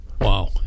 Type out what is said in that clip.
Wow